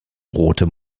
rotem